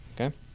Okay